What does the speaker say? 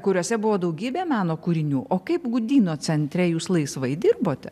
kuriuose buvo daugybė meno kūrinių o kaip gudyno centre jūs laisvai dirbote